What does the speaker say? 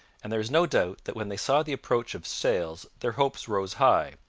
and there is no doubt that when they saw the approach of sails their hopes rose high,